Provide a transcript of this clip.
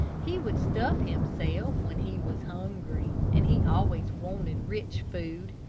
he would stuff himself when he was hungry, and he always wanted rich food.